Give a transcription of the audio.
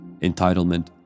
entitlement